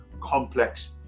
complex